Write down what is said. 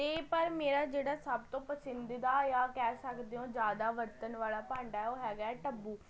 ਅਤੇ ਪਰ ਮੇਰਾ ਜਿਹੜਾ ਸਭ ਤੋਂ ਪਸੰਦੀਦਾ ਜਾਂ ਕਹਿ ਸਕਦੇ ਹੋ ਜ਼ਿਆਦਾ ਵਰਤਣ ਵਾਲਾ ਭਾਂਡਾ ਓਹ ਹੈਗਾ ਹੈ ਟੱਬੂ